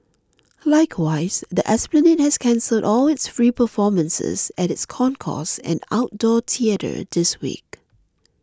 likewise the esplanade has cancelled all its free performances at its concourse and outdoor theatre this week